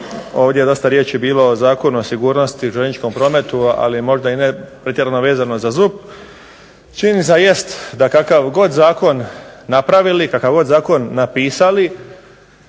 ovdje je dosta riječi bilo o Zakonu o sigurnosti u željezničkom prometu, ali možda i ne pretjerano vezano za ZUP. Činjenica jest da kakav god zakon napravili, kakav god zakon napisali